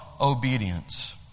obedience